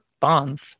bonds